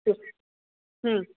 हं